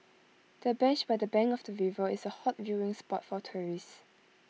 the bench by the bank of the river is A hot viewing spot for tourists